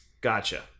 gotcha